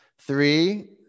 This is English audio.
Three